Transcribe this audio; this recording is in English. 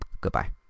goodbye